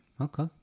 Okay